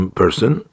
person